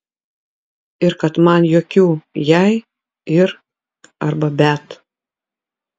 ir kad man jokių jei ir arba bet